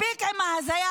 מספיק עם ההזיה.